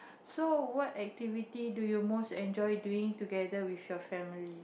so what activity do you most enjoy doing together with your family